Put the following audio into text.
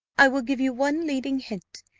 i will give you one leading hint,